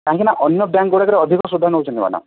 କାହିଁକିନା ଅନ୍ୟ ବ୍ୟାଙ୍କ ଗୁଡ଼ିକରେ ଅଧିକ ସୁଧ ନେଉଛନ୍ତି ମ୍ୟାଡ଼ାମ୍